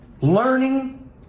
Learning